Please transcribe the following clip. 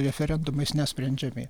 referendumais nesprendžiami